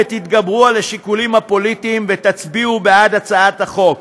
תתגברו על השיקולים הפוליטיים ותצביעו בעד הצעת החוק.